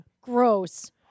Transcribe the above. Gross